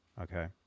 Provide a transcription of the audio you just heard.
Okay